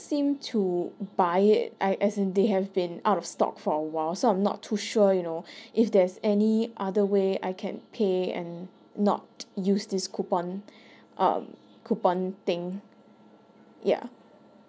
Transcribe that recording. seem to buy it I as in they have been out of stock for a while so I'm not too sure you know if there's any other way I can pay and not use this coupon uh coupon thing yeah